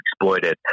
exploited